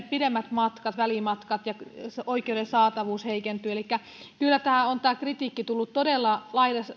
pidemmät välimatkat ja oikeuden saatavuus heikentyy kyllä tämä kritiikki on tullut todella